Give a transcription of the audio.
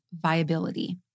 viability